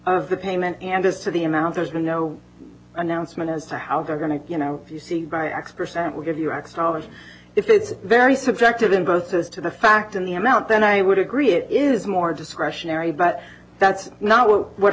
of the payment and as to the amount there's been no announcement as to how they're going to you know if you see by x percent will give you x dollars if it's very subjective in both as to the fact in the amount then i would agree it is more discretionary but that's not what what